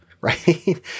Right